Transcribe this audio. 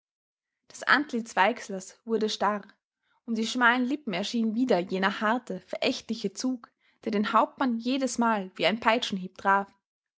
das antlitz weixlers wurde starr um die schmalen lippen erschien wieder jener harte verächtliche zug der den hauptmann jedesmal wie ein peitschenhieb traf